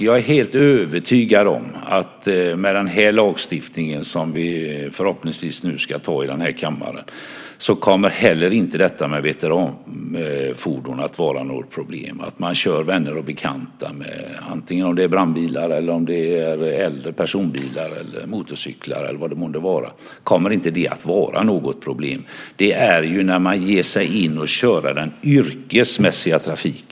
Jag är helt övertygad om att med den lagstiftning som vi förhoppningsvis nu ska anta i kammaren kommer heller inte detta med veteranfordon att vara något problem. Det handlar om att man kör vänner och bekanta antingen med brandbilar, äldre personbilar, motorcyklar eller vad det månde vara. Det kommer inte att vara något problem. Reglerna gäller om när man ger sig in att köra yrkesmässig trafik.